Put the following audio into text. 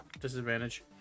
Disadvantage